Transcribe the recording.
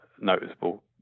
noticeable